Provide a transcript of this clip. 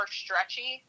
stretchy